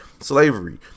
slavery